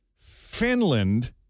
finland